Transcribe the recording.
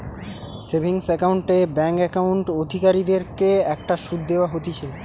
savings account এ bank account অধিকারীদের কে একটা শুধ দেওয়া হতিছে